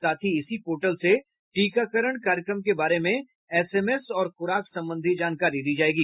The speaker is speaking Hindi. साथ ही इसी पोर्टल से टीकाकरण कार्यक्रम के बारे में एसएमएस और खुराक संबंधी जानकारी दी जाएगी